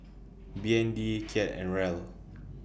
B N D Kyat and Riel